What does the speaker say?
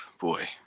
boy